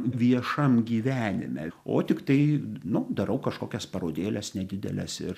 viešam gyvenime o tiktai nu darau kažkokias parodėles nedideles ir